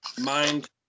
mind